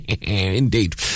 indeed